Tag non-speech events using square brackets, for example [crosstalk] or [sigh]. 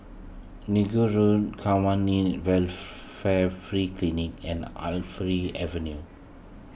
Inggu Road Kwan in Welfare Free Clinic and [unintelligible] Avenue